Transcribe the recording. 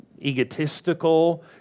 egotistical